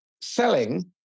Selling